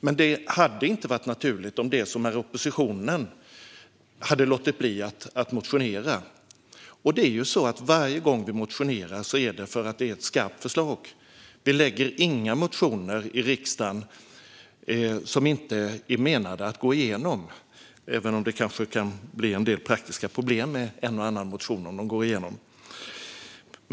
Men det hade inte varit naturligt om oppositionen hade låtit bli att motionera. Varje gång vi motionerar handlar det om ett skarpt förslag. Vi lägger inte fram några motioner i riksdagen som inte är menade att gå igenom, även om det kanske skulle kunna bli en del praktiska problem med en och annan motion om den gick igenom.